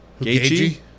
Gagey